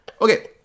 Okay